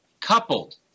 coupled